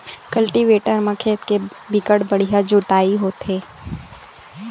cultivator म खेत के बिकट बड़िहा जोतई होथे